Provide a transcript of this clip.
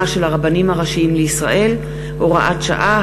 של הרבנים הראשיים לישראל) (הוראת שעה),